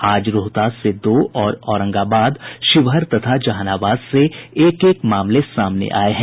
आज रोहतास से दो और औरंगाबाद शिवहर तथा जहानाबाद से एक एक मामले सामने आये हैं